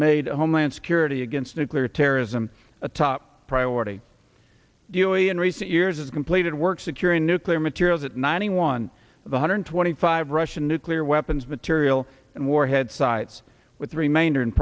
made homeland security against nuclear terrorism a top priority do in recent years has completed work securing nuclear materials at ninety one one hundred twenty five russian nuclear weapons material and warheads sites with remainder in